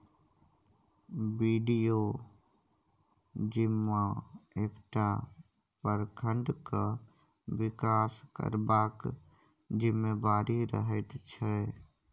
BDO जिम्मा एकटा प्रखंडक बिकास करबाक जिम्मेबारी रहैत छै